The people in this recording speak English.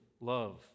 love